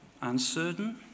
uncertain